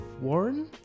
Warren